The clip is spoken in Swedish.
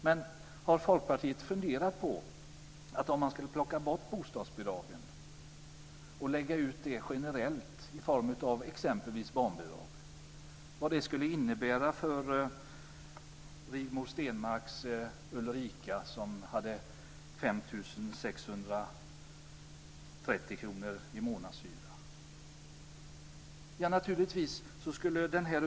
Men har Folkpartiet funderat på vad det, om man skulle plocka bort bostadsbidragen och lägga ut det generellt i form av exempelvis barnbidrag, skulle innebära för Rigmor Stenmarks Ulrika som hade 5 630 kr i månadshyra?